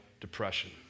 depression